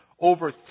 over